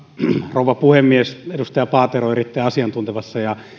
rouva puhemies edustaja paateron erittäin asiantuntevassa ja